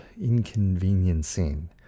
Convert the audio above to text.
Inconveniencing